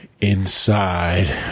inside